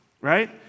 right